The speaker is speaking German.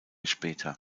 später